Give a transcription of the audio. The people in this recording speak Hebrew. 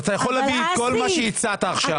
אתה יכול להביא את כל מה שהצעת עכשיו,